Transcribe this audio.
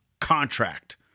contract